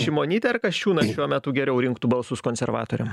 šimonytė ar kasčiūnas šiuo metu geriau rinktų balsus konservatorių